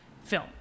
film